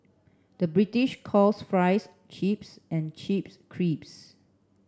the British calls fries chips and chips